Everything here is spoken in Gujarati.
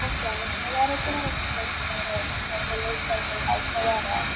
ઓકે અને સવારે ક્યારે ખુલે છે મારે આજે લેટ થાય તો કાલે સવારે આવીશ